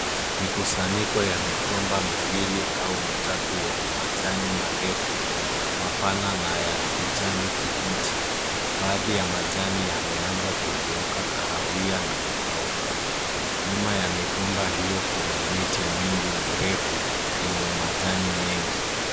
Mikusanyiko ya migomba miwili au mitatu, yenye majani marefu, mapana na ya kijani kibichi. Baadhi ya majani yameanza kugeuka kahawia na kukauka. Nyuma ya migomba hio, kuna miti mingi mirefu, yenye majani mengi.